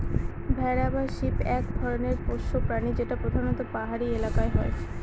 ভেড়া বা শিপ এক ধরনের পোষ্য প্রাণী যেটা প্রধানত পাহাড়ি এলাকায় হয়